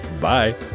Bye